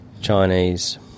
Chinese